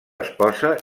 esposa